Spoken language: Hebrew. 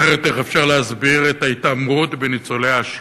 אחרת איך אפשר להסביר את ההתעמרות בניצולי השואה?